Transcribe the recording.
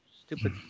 stupid